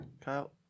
Kyle